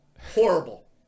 horrible